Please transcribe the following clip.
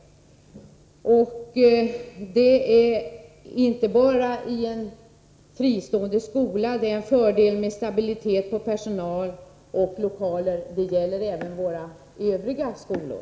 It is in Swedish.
Det är inte bara i en fristående skola som det är en fördel med stabilitet inom personalen och bra lokaler. Det gäller även våra övriga skolor.